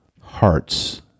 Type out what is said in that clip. hearts